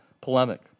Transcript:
polemic